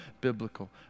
biblical